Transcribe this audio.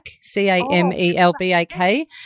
C-A-M-E-L-B-A-K